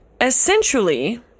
essentially